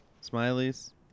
Smiley's